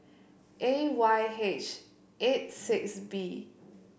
A Y H eight six B